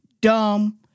dumb